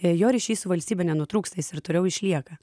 jo ryšys su valstybe nenutrūksta jis ir toliau išlieka